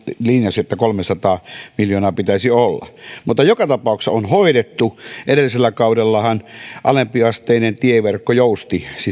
linjasi että kolmesataa miljoonaa pitäisi olla mutta joka tapauksessa on hoidettu edellisellä hallituskaudellahan alempiasteinen tieverkko jousti